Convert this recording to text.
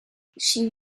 she